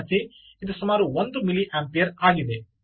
ವಿದ್ಯಾರ್ಥಿ ಇದು ಸುಮಾರು 1 ಮಿಲಿ ಆಂಪಿಯರ್ ಆಗಿದೆ